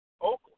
Oakland